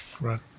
Right